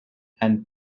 and